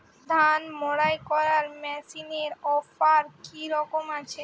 ধান মাড়াই করার মেশিনের অফার কী রকম আছে?